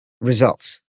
results